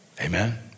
Amen